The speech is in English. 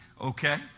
okay